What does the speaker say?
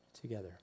together